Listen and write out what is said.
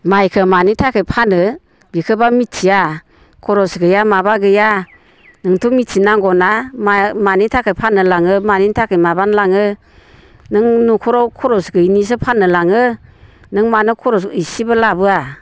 माइखो मानि थाखाय फानो बिखोबा मिथिया खरस गैया माबा गैया नोंथ' मिथि नांगौ ना मानि थाखाय फाननो लाङो मानि थाखाय माबानो लाङो नों न'खराव खरस गैयिनिसो फाननो लाङो नों मानो खरस इसिबो लाबोआ